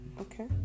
Okay